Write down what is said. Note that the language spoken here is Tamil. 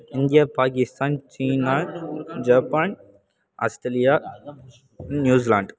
இந்தியா பாகிஸ்தான் சீனா ஜப்பான் ஆஸ்தலியா நியூஸ்லாண்ட்